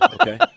okay